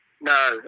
No